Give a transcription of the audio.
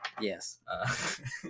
Yes